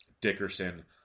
Dickerson